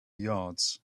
yards